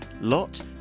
Lot